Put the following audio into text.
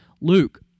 Luke